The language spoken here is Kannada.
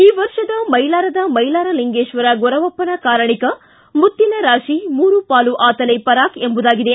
ಈ ವರ್ಷದ ಮೈಲಾರದ ಮೈಲಾರಲಿಂಗೇಶ್ವರ ಗೊರವಪ್ಪನ ಕಾರಣಿಕ ಮುತ್ತಿನರಾಶಿ ಮೂರು ಪಾಲು ಆತಲೇ ಪರಾಕ್ ಎಂಬುದಾಗಿದೆ